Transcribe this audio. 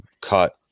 cut